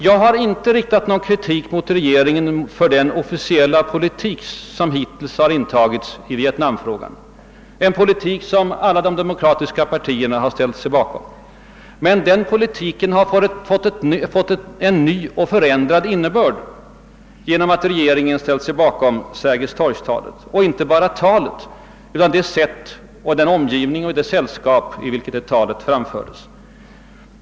Jag har inte riktat någon kritik mot regeringen för den officiella politik, som hittills har förts i vietnamfrågan, en politik som alla de demokratiska partierna ställt sig bakom. Men den politiken har fått en ny och förändrad innebörd genom att regeringen solidariserat sig med Sergels torg-talet — och inte bara talet utan även det sätt på vilket talet hölls samt den omgivning och det sällskap i vilket talet framfördes.